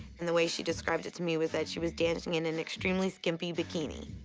and the way she described it to me was that she was dancing in an extremely skimpy bikini.